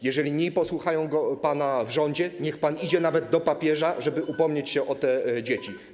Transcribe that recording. Jeżeli nie posłuchają pana w rządzie, niech pan idzie nawet do papieża, żeby upomnieć się o te dzieci.